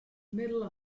middle